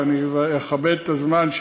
ואני אכבד את הזמן.